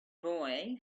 boy